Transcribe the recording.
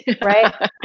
right